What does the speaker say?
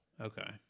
Okay